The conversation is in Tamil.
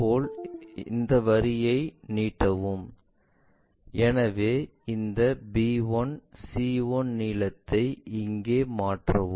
எனவே இந்த b 1 c 1 நீளத்தை இங்கே மாற்றவும்